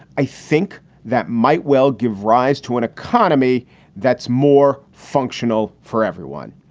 i think that might well give rise to an economy that's more functional for everyone.